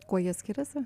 kuo jie skiriasi